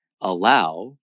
allow